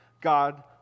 God